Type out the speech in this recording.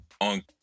on